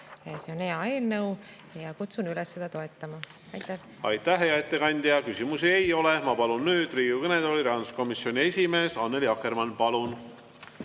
See on hea eelnõu ja kutsun üles seda toetama. Aitäh! Aitäh, hea ettekandja! Küsimusi ei ole. Ma palun nüüd Riigikogu kõnetooli rahanduskomisjoni esimehe Annely Akkermanni. Palun!